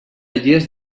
lles